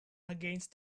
against